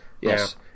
yes